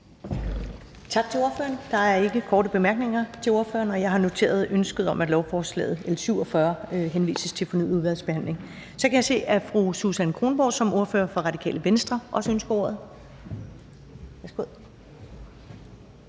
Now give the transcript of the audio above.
Tak til ordføreren. Der er ingen korte bemærkninger til ordføreren, og jeg har noteret mig ønsket om, at lovforslaget L 47 henvises til fornyet udvalgsbehandling. Så kan jeg se, at fru Susan Kronborg som ordfører for Radikale Venstre også ønsker ordet.